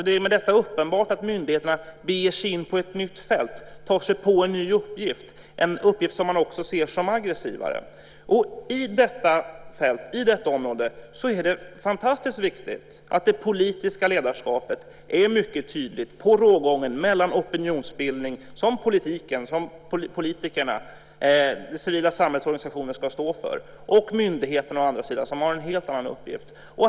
Det är med detta uppenbart att myndigheterna ger sig in på ett nytt fält, tar på sig en ny uppgift, en uppgift som man också ser som aggressivare. På detta område är det fantastiskt viktigt att det politiska ledarskapet är mycket tydligt i fråga om rågången mellan å ena sidan opinionsbildning, som politikerna och det civila samhällets organisationer ska stå för, och å andra sidan myndigheterna, som har en helt annan uppgift.